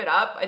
up